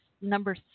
Number